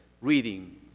reading